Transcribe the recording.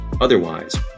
Otherwise